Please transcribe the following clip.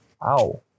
Wow